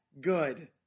good